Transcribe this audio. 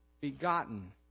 begotten